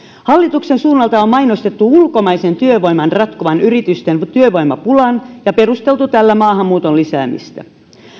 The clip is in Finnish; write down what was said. hallituksen suunnalta on mainostettu ulkomaisen työvoiman ratkovan yritysten työvoimapulan ja perusteltu tällä maahanmuuton lisäämistä